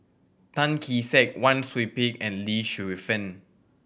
Tan Kee Sek Wang Sui Pick and Lee Shu Fen